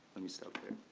let me stop there.